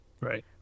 Right